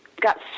got